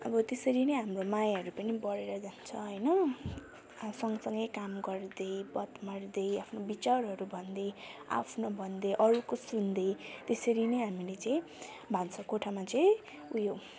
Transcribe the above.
अब त्यसरी नै हाम्रो मायाहरू पनि बडेर जान्छ होइन सँगसँगै काम गर्दै बात मार्दै आफ्नो विचारहरू भन्दै आफ्नो भन्दै अरूको सुन्दै त्यसरी नै हामीले चाहिँ भान्साकोठामा चाहिँ उयो